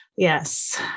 Yes